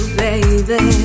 baby